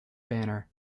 banner